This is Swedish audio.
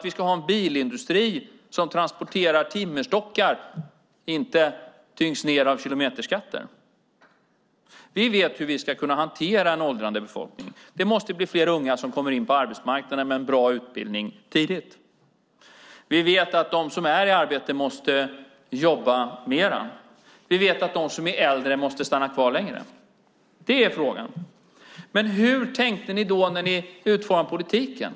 Vi ska ha en bilindustri som transporterar timmerstockar, inte tyngs ned av kilometerskatten. Vi vet hur vi ska kunna hantera en åldrande befolkning. Det måste bli fler unga som kommer in på arbetsmarknaden med en bra utbildning tidigt. Vi vet att de som är i arbete måste jobba mer. Vi vet att de som är äldre måste stanna kvar längre. Det är frågan. Men hur tänkte ni när ni utformade politiken?